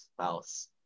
spouse